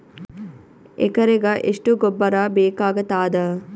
ಎಕರೆಗ ಎಷ್ಟು ಗೊಬ್ಬರ ಬೇಕಾಗತಾದ?